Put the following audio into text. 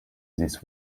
this